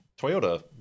Toyota